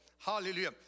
Hallelujah